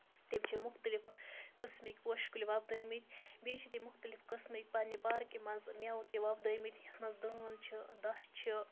تِم چھِ مُختٔلِف قٔسمٕکۍ پوشہٕ کُلۍ وۄپدٲومٕتۍ بیٚیہِ چھِ تِم مُختٔلِف قٔسمٕکۍ پَنٕنہِ پارکہِ منٛز میوٕ تہِ وۄپدٲومٕتۍ یَتھ منٛز دٲن چھِ دَچھ چھِ